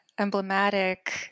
emblematic